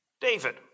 David